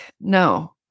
no